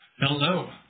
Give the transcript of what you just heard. Hello